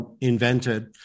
invented